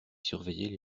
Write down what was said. surveillaient